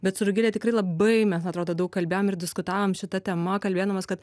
bet su rugile tikrai labai mes atrodo daug kalbėjom ir diskutavom šita tema kalbėdamos kad